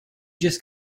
just